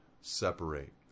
separate